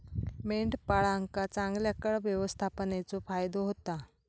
मेंढपाळांका चांगल्या कळप व्यवस्थापनेचो फायदो होता